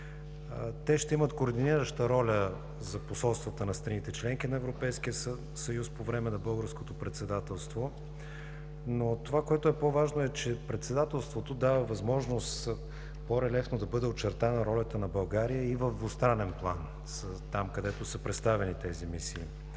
Те ще имат координираща роля за посолствата на страните – членки на Европейския съюз, по време на българското председателство. Това, което е по-важно, е, че председателството дава възможност по-релефно да бъде очертана ролята на България и в двустранен план там, където са представени тези мисии.